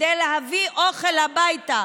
כדי להביא אוכל הביתה,